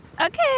Okay